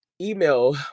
email